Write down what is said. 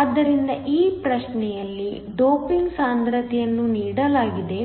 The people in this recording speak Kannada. ಆದ್ದರಿಂದ ಈ ಪ್ರಶ್ನೆಯಲ್ಲಿ ಡೋಪಿಂಗ್ ಸಾಂದ್ರತೆಯನ್ನು ನೀಡಲಾಗಿಲ್ಲ